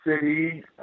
city